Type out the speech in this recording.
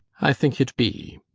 i thinke it be